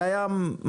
זה היה מהפכה.